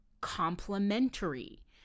complementary